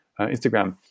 Instagram